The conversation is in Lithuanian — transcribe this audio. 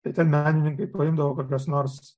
tai ten menininkai paimdavo kokias nore